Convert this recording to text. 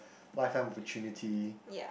life fam opportunity